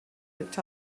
looked